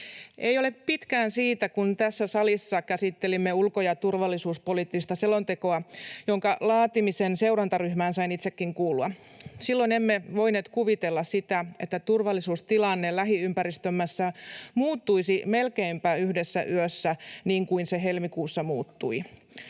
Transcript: Ei ole pitkään siitä, kun tässä salissa käsittelimme ulko- ja turvallisuuspoliittista selontekoa, jonka laatimisen seurantaryhmään sain itsekin kuulua. Silloin emme voineet kuvitella, että turvallisuustilanne lähiympäristössämme muuttuisi melkeinpä yhdessä yössä niin kuin se helmikuussa muuttui.